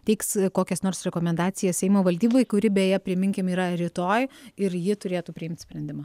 teiks kokias nors rekomendacijas seimo valdybai kuri beje priminkim yra rytoj ir ji turėtų priimt sprendimą